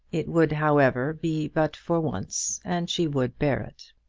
it would, however, be but for once, and she would bear it.